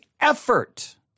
effort